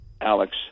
Alex